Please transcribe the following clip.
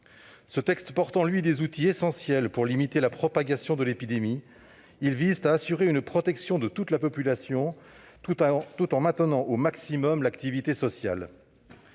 Ce texte porte en lui des outils essentiels pour limiter la propagation de l'épidémie. Ils visent à assurer une protection de toute la population, tout en maintenant au maximum l'activité sociale.